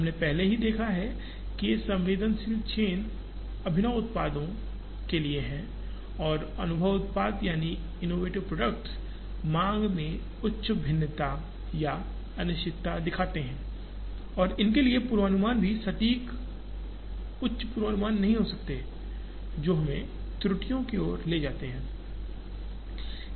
हमने पहले ही देखा है कि संवेदनशील चेन अभिनव उत्पादों के लिए हैं और अभिनव उत्पादइनोवेटिव प्रोडक्ट्स मांग में उच्च भिन्नता या अनिश्चितता दिखाते हैं और इन के लिए पूर्वानुमान भी सटीक उच्च पूर्वानुमान नहीं हो सकते हैं जो हमे त्रुटियों की ओर ले जाते हैं